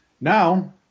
Now